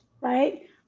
right